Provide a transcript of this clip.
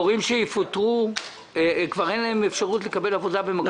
כבר אין אפשרות למורים שיפוטרו לקבל עבודה במקום אחר.